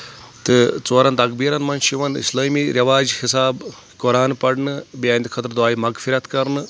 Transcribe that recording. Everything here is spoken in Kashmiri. تہٕ ژورَان تقبیٖرن منٛز چھُ یِوان اسلٲمی رِواج حِساب قۄران پرنہٕ بیٚنٛدِ خٲطرٕ دۄیہِ مغفرت کرنہٕ